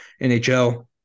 NHL